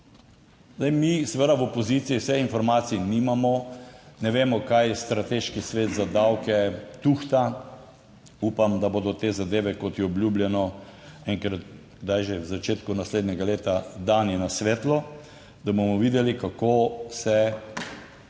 v opoziciji vseh informacij nimamo, ne vemo, kaj strateški svet za davke tuhta. Upam, da bodo te zadeve, kot je obljubljeno, enkrat kdaj že v začetku naslednjega leta dani na svetlo, da bomo videli, kako se